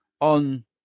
on